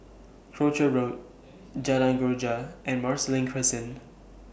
Croucher Road Jalan Greja and Marsiling Crescent